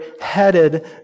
headed